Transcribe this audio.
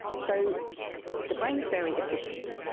so the brain is very efficient,